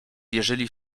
wierzyli